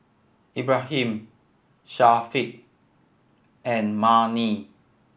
Ibrahim Syafiq and Murni